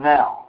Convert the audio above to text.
Now